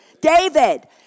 David